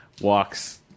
walks